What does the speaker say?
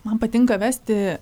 man patinka vesti